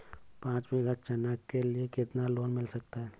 पाँच बीघा चना के लिए कितना लोन मिल सकता है?